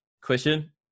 question